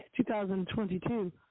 2022